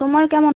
তোমার কেমন